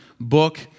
book